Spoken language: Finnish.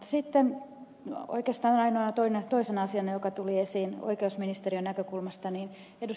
sitten oikeastaan ainoana toisena asiana joka tuli esiin oikeusministeriön näkökulmasta ed